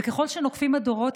וככל שנוקפים הדורות,